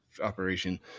operation